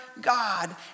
God